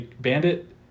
Bandit